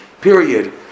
period